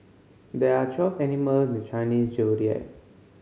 there are twelve animal in the Chinese Zodiac